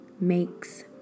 makes